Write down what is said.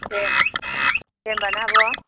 दे दे होमब्ला ना आब'